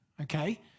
okay